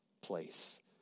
place